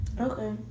okay